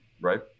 right